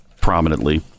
prominently